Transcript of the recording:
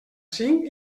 cinc